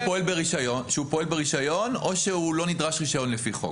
פועל ברישיון או שהוא לא נדרש רישיון לפי חוק.